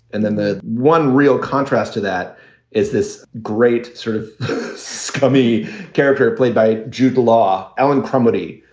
and then the one real contrast to that is this great sort of scummy character played by jude law, ellen cromartie,